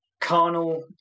carnal